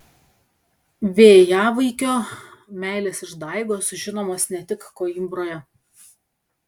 vėjavaikio meilės išdaigos žinomos ne tik koimbroje